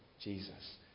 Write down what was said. Jesus